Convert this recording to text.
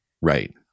right